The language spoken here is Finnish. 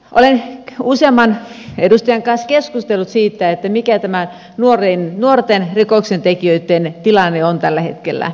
olen useamman edustajan kanssa keskustellut siitä mikä tämä nuorten rikoksentekijöitten tilanne on tällä hetkellä